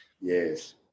Yes